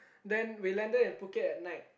then we landed in Phuket at night